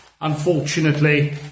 unfortunately